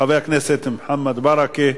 חבר הכנסת מוחמד ברכה,